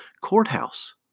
courthouse